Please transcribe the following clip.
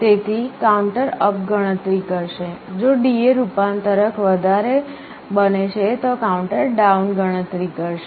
તેથી counter up ગણતરી કરશે જો DA રૂપાંતરક વધારે બને તો કાઉન્ટર ડાઉન ગણતરી કરશે